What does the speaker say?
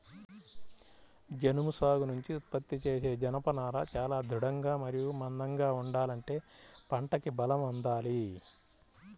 జనుము సాగు నుంచి ఉత్పత్తి చేసే జనపనార చాలా దృఢంగా మరియు మందంగా ఉండాలంటే పంటకి బలం అందాలి